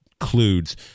includes